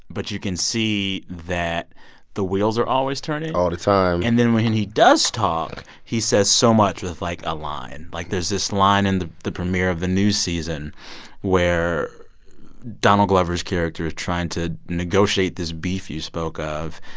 but you can see that the wheels are always turning all the time and then when he does talk, he says so much with, like, a line. like, there's this line in the the premiere of the new season where donald glover's character is trying to negotiate this beef you spoke of,